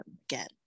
again